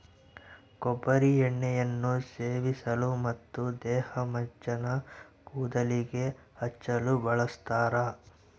ಕೊಬ್ಬರಿ ಎಣ್ಣೆಯನ್ನು ಸೇವಿಸಲು ಮತ್ತು ದೇಹಮಜ್ಜನ ಕೂದಲಿಗೆ ಹಚ್ಚಲು ಬಳಸ್ತಾರ